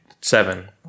seven